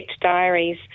diaries